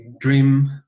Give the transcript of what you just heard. dream